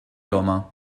roma